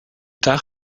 tard